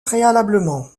préalablement